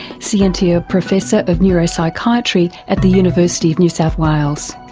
scientia professor of neuropsychiatry at the university of new south wales.